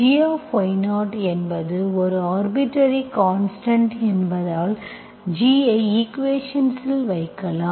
gy0 என்பது ஒரு arbitrary constant என்பதால் g ஐ ஈக்குவேஷன்ஸ் இல் வைக்கலாம்